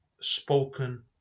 spoken